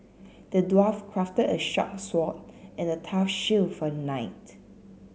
the dwarf crafted a sharp sword and a tough shield for knight